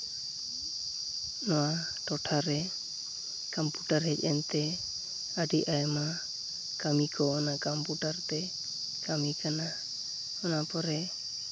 ᱱᱚᱣᱟ ᱴᱚᱴᱷᱟ ᱨᱮ ᱠᱚᱢᱯᱩᱴᱟᱨ ᱦᱮᱡ ᱮᱱᱛᱮ ᱟᱹᱰᱤ ᱟᱭᱢᱟ ᱠᱟᱹᱢᱤ ᱠᱚ ᱚᱱᱟ ᱠᱚᱯᱩᱴᱟᱨ ᱛᱮ ᱠᱟᱹᱢᱤ ᱠᱟᱱᱟ ᱚᱱᱟ ᱯᱚᱨᱮ